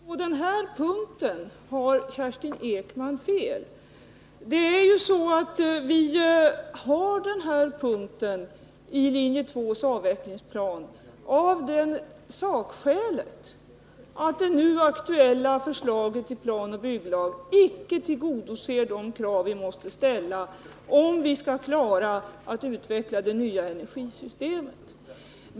Herr talman! På den här punkten har Kerstin Ekman fel. Det är ju så att vi har den här punkten i linje 2:s avvecklingsplan av det sakskälet att det nu aktuella förslaget till planoch bygglag icke tillgodoser de krav vi måste ställa, om vi skall kunna klara att utveckla det nya energisystemet.